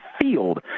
field